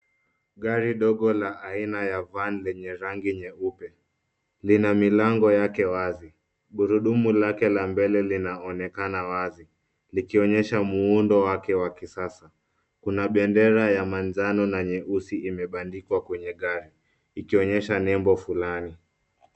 Garii dogo la aina ya VAN lenye rangi nyeupe, lina milango yake wazi. Gurudumu lake la mbele linaonekana wazi likionyesha muundo wake wa kisasa. Kuna bendera ya manjano na nyeusi imebandikwa kwenye gari ikionyesha nemebo fulani.